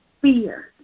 fear